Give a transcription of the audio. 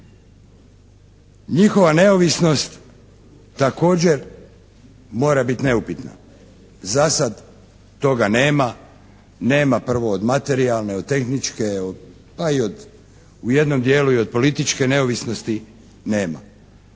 Njihova neovisnost također mora biti neupitna. Za sad toga nema, nema prvo od materijalne, od tehničke, pa i od u jednom dijelu i od političke neovisnosti nema.